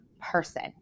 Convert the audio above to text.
person